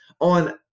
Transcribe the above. on